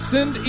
Send